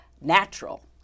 natural